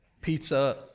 pizza